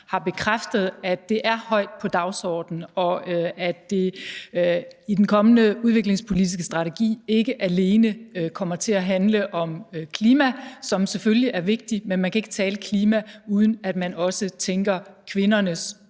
har bekræftet, at det er højt på dagsordenen, og at det i den kommende udviklingspolitiske strategi ikke alene kommer til at handle om klima, som selvfølgelig er vigtigt, men man kan ikke tale klima, uden at man også indtænker kvindernes